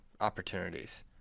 opportunities